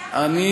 לעשות.